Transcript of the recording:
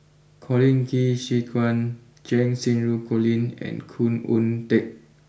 Colin Qi Zhe Quan Cheng Xinru Colin and Khoo Oon Teik